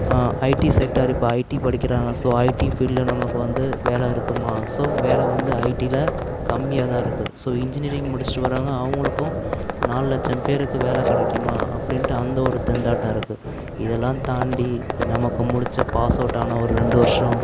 ID sector இப்போ IT படிக்கிறாங்க so IT ஃபீல்டில் நமக்கு வந்து வேலை இருக்குமா ஸோ வேலை வந்து ஐடியில் கம்மியாகதான் இருக்குது ஸோ இன்ஜினியரிங் முடிச்சுட்டு வர்றாங்க அவங்களுக்கும் நாலு லட்சம் பேருக்கு வேலை கிடைக்குமா அப்டின்ட்டு அந்த ஒரு திண்டாட்டம் இருக்குது இதெல்லாம் தாண்டி நமக்கு முடித்த பாஸ் அவுட்டான ஒரு ரெண்டு வருஷம்